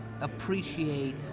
appreciate